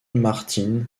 martín